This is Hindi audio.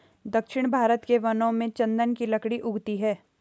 दक्षिण भारत के वनों में चन्दन की लकड़ी उगती है